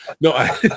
no